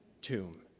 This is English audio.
tomb